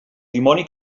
dimoni